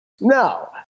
no